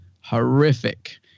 horrific